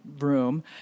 room